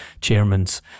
chairman's